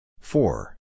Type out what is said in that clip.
Four